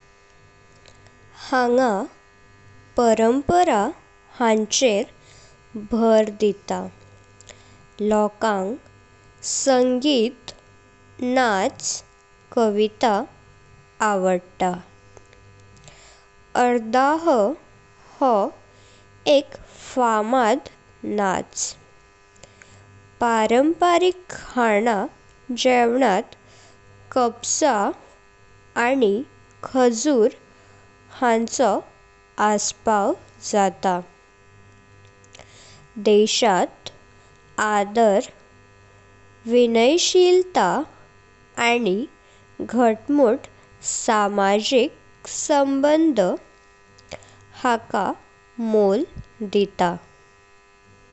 हांगा परम्परा हांछेर भार दिता। लोकांड सांगीत, नाच, कविता आवडता। आर्ध हो एक फामाद नाच। परम्पारिक खाणा जेवनात कबसा आनी खजूर हांचो आसपाव जाता। देशात आदर, वीनयशीलता आनी घाटमुत सामाजिक संबंध हांका मोल दिता।